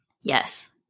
Yes